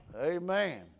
Amen